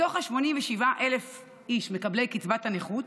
מתוך ה-87,000 איש מקבלי קצבת הנכות,